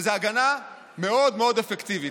וזו הגנה מאוד מאוד אפקטיבית.